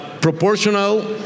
proportional